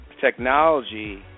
Technology